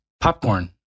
popcorn